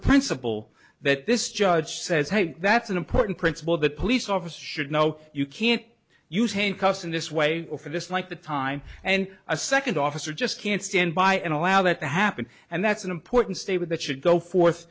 principle that this judge says that's an important principle that police officers should know you can't use handcuffs in this way or for this like the time and a second officer just can't stand by and allow that to happen and that's an important state with that should go forth